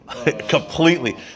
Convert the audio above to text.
Completely